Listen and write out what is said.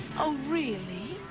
oh, really?